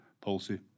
policy